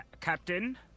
Captain